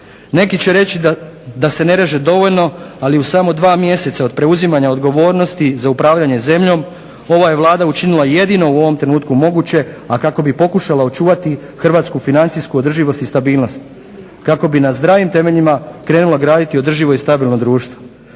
Neki će reći da se ne reže dovoljno ali u samo 2 mjeseca od preuzimanja odgovornosti za upravljanje zemljom ova je Vlada učinila jedino u ovom trenutku moguće, a kako bi pokušala očuvati hrvatsku financijsku održivost i stabilnost kako bi na zdravim temeljima krenula graditi održivo i stabilno društvo.